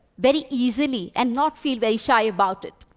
very easily, and not feel very shy about it.